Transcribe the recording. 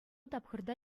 тапхӑрта